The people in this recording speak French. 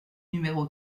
numéro